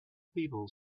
people